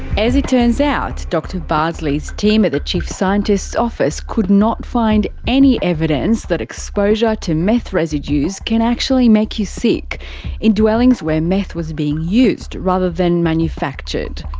as it turns out, dr bardsley's team at the chief scientist's office could not find any evidence that exposure to meth residues can actually make you sick in dwellings where meth was being used rather than manufactured.